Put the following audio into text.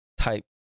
type